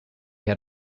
had